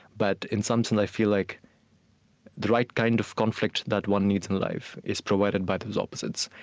but in some sense, i feel like the right kind of conflict that one needs in life is provided by those opposites,